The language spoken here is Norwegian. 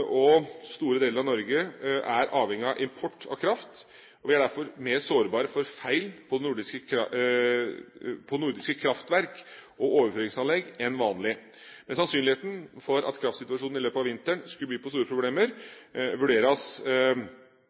og store deler av Norge er avhengig av import av kraft. Vi er derfor mer sårbare for feil på nordiske kraftverk og overføringsanlegg enn vanlig, men sannsynligheten for at kraftsituasjonen i løpet av vinteren skal by på store problemer, vurderes